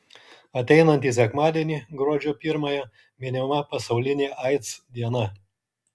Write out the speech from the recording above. ateinantį sekmadienį gruodžio pirmąją minima pasaulinė aids diena